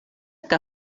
que